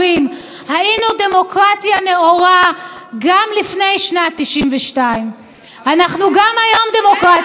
היינו דמוקרטיה נאורה גם לפני שנת 1992. אנחנו גם היום דמוקרטיה נאורה,